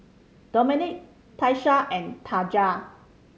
Domenic Tyesha and Taja